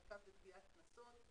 המרכז לגביית קנסות,